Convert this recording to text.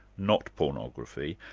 not pornography,